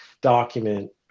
document